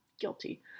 guilty